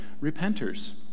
repenters